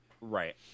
Right